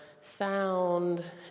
sound